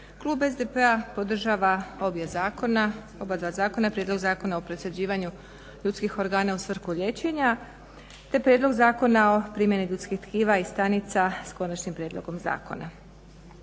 Klub SDP-a podržava obje zakona, oba dva zakona, prijedlog zakona o presađivanju ljudskih organa u svrhu liječenja te prijedlog zakona o primjeni ljudskih tkiva i stanica s konačnim prijedlogom zakona.